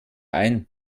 ein